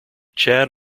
chad